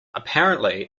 apparently